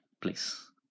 please